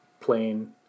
plain